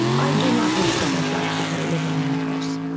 i do not wish to have black people live in my house.